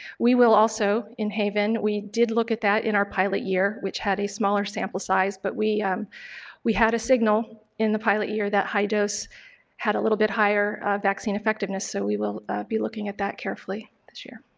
we will also, in haven we did look at that in our pilot year, which had a smaller sample size. but we um we had a signal in the pilot year that high dose had a little bit higher vaccine effectiveness, so we will be looking at that carefully this year.